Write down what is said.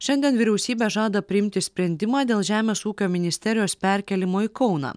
šiandien vyriausybė žada priimti sprendimą dėl žemės ūkio ministerijos perkėlimo į kauną